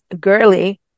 girly